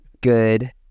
good